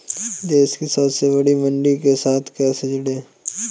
देश की सबसे बड़ी मंडी के साथ कैसे जुड़ें?